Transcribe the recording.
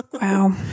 Wow